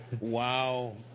Wow